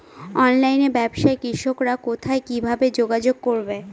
অনলাইনে ব্যবসায় কৃষকরা কোথায় কিভাবে যোগাযোগ করবে?